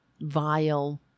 vile